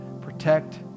protect